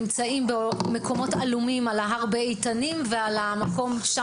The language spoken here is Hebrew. הם נמצאים במקומות עלומים, על ההר באיתנים ובגהה.